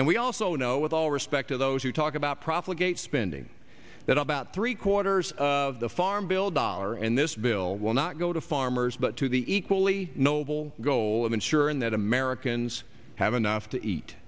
we also know with all respect to those who talk about propagate spending that about three quarters of the farm bill dollar and this bill will not go to farmers but to the equally noble goal of ensuring that americans have enough to eat